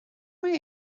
mae